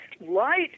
light